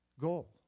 goal